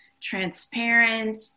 transparent